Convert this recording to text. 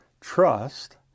trust